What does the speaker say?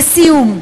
לסיום,